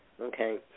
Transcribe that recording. okay